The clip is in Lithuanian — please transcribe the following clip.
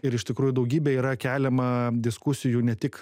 ir iš tikrųjų daugybė yra keliama diskusijų ne tik